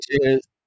cheers